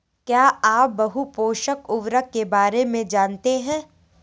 क्या आप बहुपोषक उर्वरक के बारे में जानते हैं?